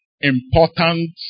important